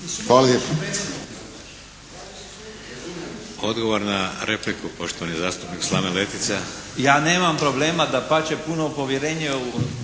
Hvala vam